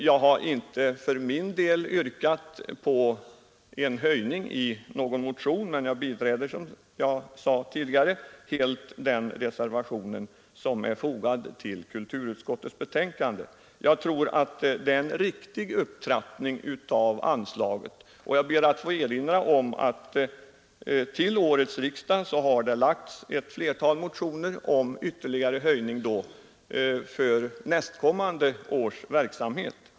För min del har jag inte yrkat på anslagshöjning i någon motion, men jag biträder som sagt helt reservationen 1 a, som jag tror innebär en riktig upptrappning av anslaget. Jag ber att få erinra om att det vid årets riksdag har väckts ett flertal motioner om ytterligare höjning av anslaget för nästkommande års verksamhet.